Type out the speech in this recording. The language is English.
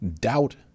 doubt